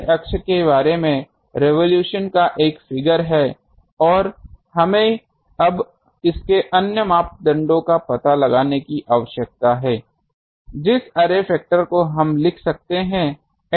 यह अर्रे अक्ष के बारे में रेवोलुशन का एक फिगर है और हमें अब इसके अन्य मापदंडों का पता लगाने की आवश्यकता है जिस अर्रे फैक्टर को हम लिख सकते हैं